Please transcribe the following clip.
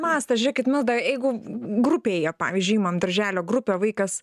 mastą žiūrėkit milda jeigu grupėje pavyzdžiui imam darželio grupę vaikas